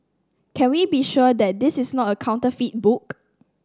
can we be sure that this is not a counterfeit book